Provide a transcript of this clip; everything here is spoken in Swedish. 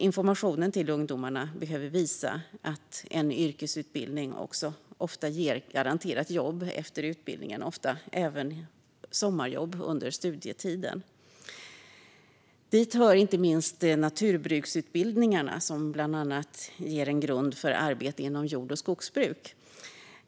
Informationen till ungdomarna behöver visa att en yrkesutbildning ofta ger garanterat jobb efter utbildningen och ofta även sommarjobb under studietiden. Dit hör inte minst naturbruksutbildningarna, som bland annat ger en grund för arbete inom jord och skogsbruk.